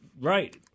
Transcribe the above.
Right